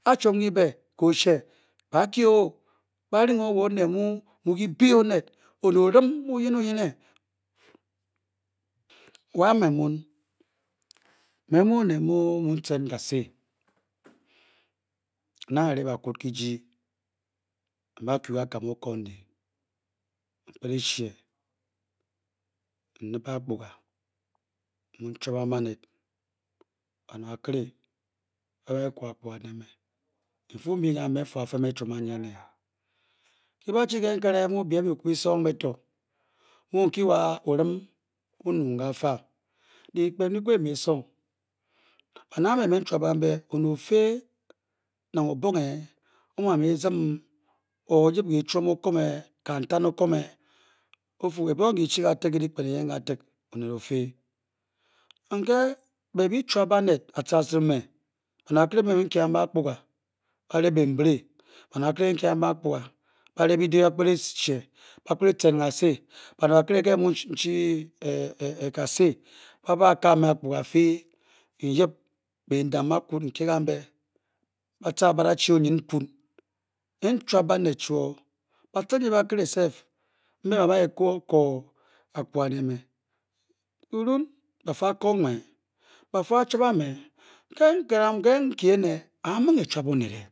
Bakur oh ba ring wa oned mu mu ke be aned wor obem oyenei yene wa me num me mu ane mu mu ten kase ndum le bakud kajii mba ku le akan okonde npke leshe nle he apkor ga mu tubong ba wed baned ora hele ne ba chi le nkele mu ben be ku be sung eh to'r taba chi wa olem onung kafa me le plan le ppele le me eseng baned mbe me ntube kangbe oned oke naking obong onkp kam tam okur nne otu na ebong nke chuang kan teb le le pken yen ofe anke bo ba tube baned atapung me baned bakle mba nke pambe apkorga bale pemblee baned bared nke kambe apkorka ba le bede ba pkele tan kasi baned bakel nke nna chi di kase babe kem me aphorka afe nyop ben down bakud nke manbe ba tar bade cho oyen npun nne nhu yene bapa tubong mie nkele mke a une ba mamy tube oned eh